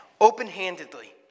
open-handedly